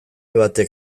batek